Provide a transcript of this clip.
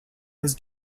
his